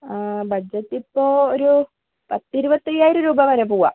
ബഡ്ജറ്റിപ്പോൾ ഒരു പത്തിരുപത്തയ്യായിരം രൂപ വരെ പൂവാം